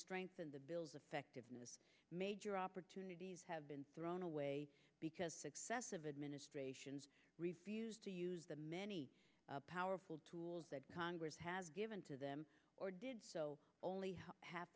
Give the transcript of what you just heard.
strengthen the bill's effectiveness major opportunities have been thrown away because successive administrations refused to use the many powerful tools that congress has given to them or did so only ha